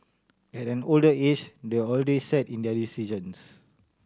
at an older age they're already set in their decisions